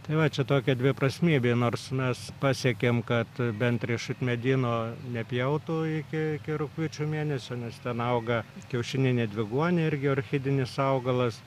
tai va čia tokia dviprasmybė nors mes pasiekėm kad bent riešutmedį nuo nepjautų iki iki rugpjūčio mėnesio nes ten auga kiaušiniai ne dviguoniai irgi orchidinis augalas